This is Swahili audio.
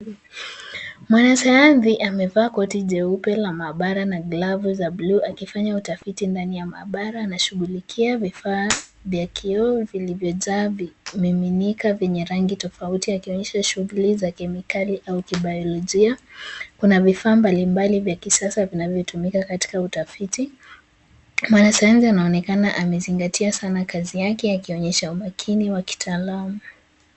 Mwanasayansi amevaa koti jeupe la maabara na glavu za buluu akifanya utafiti ndani ya maabara. Anashughulikia vifaa vya kioo vilivyojaa miminika vyenye rangi tofauti yakionyesha shughuli za kemikali au kibayolojia. Kuna vifaa mbalimbali vya kisasa vinavyotumika katika utafiti. Mwanasayansi anaonekana amezingatia sana kazi yake akionyesha umakini wa kitaalamu.